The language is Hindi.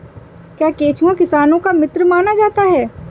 क्या केंचुआ किसानों का मित्र माना जाता है?